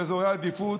באזורי העדיפות,